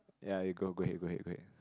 ya you go go ahead go ahead go ahead